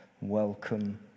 Welcome